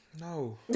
no